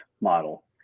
model